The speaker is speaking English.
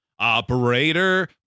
Operator